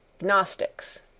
Gnostics